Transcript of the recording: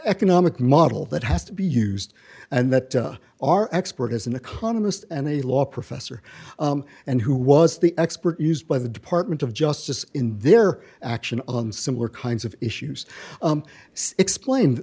economic model that has to be used and that our expert is an economist and a law professor and who was the expert used by the department of justice in their action on similar kinds of issues explained